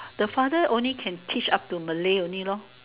the father only can teach up to Malay only